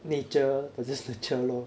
nature versus nurture lor